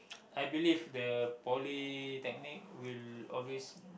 I believe the Polytechnic will always